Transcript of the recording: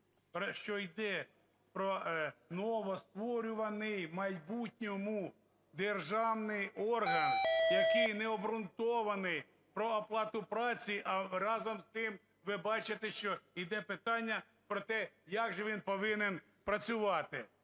що йде про новостворюваний в майбутньому державний орган, який не обґрунтований про оплату праці. А разом з тим, ви бачите, що іде питання про те, як же він повинен працювати.